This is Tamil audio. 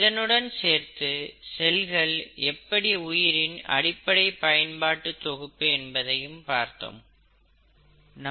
இதனுடன் சேர்த்து செல்கள் எப்படி உயிரின் அடிப்படை பயன்பாட்டு தொகுப்பு என்பதை பார்த்தோம்